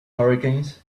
hurricanes